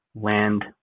land